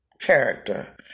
character